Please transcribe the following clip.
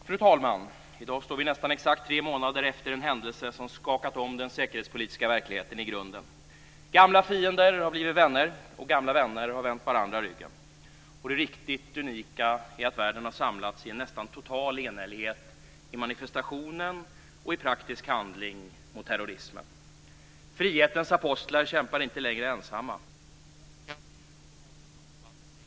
Fru talman! I dag står vi nästan exakt tre månader efter en händelse som skakat om den säkerhetspolitiska verkligheten i grunden. Gamla fiender har blivit vänner, och gamla vänner har vänt varandra ryggen. Och det riktigt unika är att världen har samlats i en nästan total enhällighet i manifestationen - och i praktisk handling - mot terrorismen. Frihetens apostlar kämpar inte längre ensamma. Ondskans djup och våldets omfattning har fört människor och länder närmare varandra. Och Sverige då? Var står vi? Och var borde vi stå?